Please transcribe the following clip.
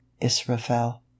Israfel